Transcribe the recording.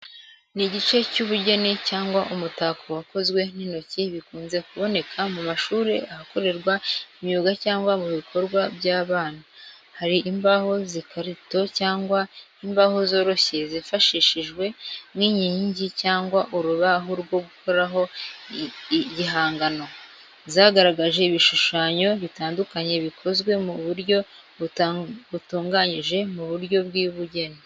Ni igice cy’ubugeni cyangwa umutako wakozwe n’intoki bikunze kuboneka mu mashuri ahakorerwa imyuga cyangwa mu bikorwa by’abana. Hari imbaho z’ikarito cyangwa imbaho zoroshye zifashishijwe nk’inkingi cyangwa urubaho rwo gukoraho igihangano. Zagaragaje ibishushanyo bitandukanye bikozwe ku buryo butunganyije mu buryo bw’ubugeni.